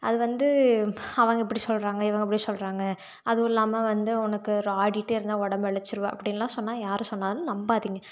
அது வந்து அவங்கள் இப்படி சொல்கிறாங்க இவங்கள் இப்படி சொல்கிறாங்க அதுவும் இல்லாமல் வந்து உனக்கு ஒரு ஆடிகிட்டே இருந்தால் உடம்பு இளைச்சிடுவ அப்படின்லாம் சொன்னால் யார் சொன்னாலும் நம்பாதீங்க